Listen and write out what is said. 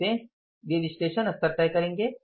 कैसे वे विश्लेषण स्तर तय करेंगे